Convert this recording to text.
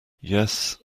yes